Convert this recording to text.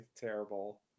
terrible